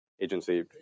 agency